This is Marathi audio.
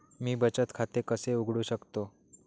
मी बचत खाते कसे उघडू शकतो?